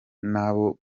n’abo